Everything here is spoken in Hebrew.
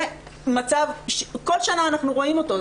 זה מצב שכל שנה אנחנו רואים אותו.